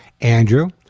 Andrew